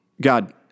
God